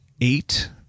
eight